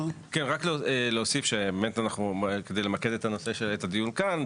כדי למקד את הדיון כאן,